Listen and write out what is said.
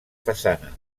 façana